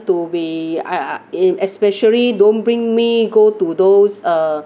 to be I uh in especially don't bring me go to those uh